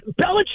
Belichick